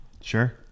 Sure